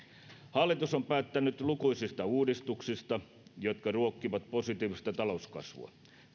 hallitus on päättänyt lukuisista uudistuksista jotka ruokkivat positiivista talouskasvua